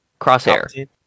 crosshair